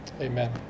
amen